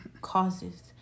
causes